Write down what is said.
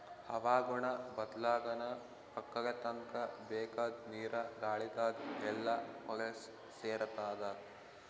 ಹವಾಗುಣ ಬದ್ಲಾಗನಾ ವಕ್ಕಲತನ್ಕ ಬೇಕಾದ್ ನೀರ ಗಾಳಿದಾಗ್ ಎಲ್ಲಾ ಹೊಲಸ್ ಸೇರತಾದ